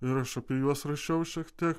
ir aš apie juos rašiau šiek tiek